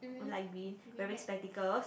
would like be wearing spectacles